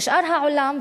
ושאר העולם,